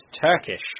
Turkish